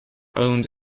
owned